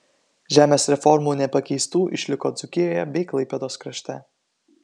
žemės reformų nepakeistų išliko dzūkijoje bei klaipėdos krašte